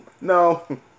No